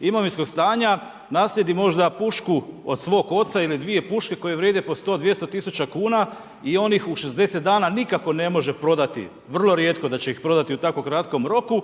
imovinskog stanja naslijedi možda pušku od svog oca ili dvije puške koje vrijede po 100, 200 tisuća kuna i on ih u 60 dana nikako ne može prodati. Vrlo rijetko da će ih prodati u tako kratkom roku.